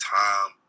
time